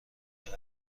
جهت